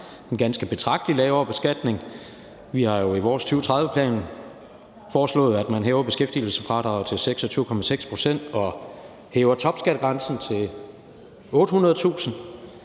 en ganske betragtelig lavere beskatning. Vi har jo i vores 2030-plan foreslået, at man hæver beskæftigelsesfradraget til 26,6 pct. og hæver topskattegrænsen til 800.000